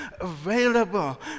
available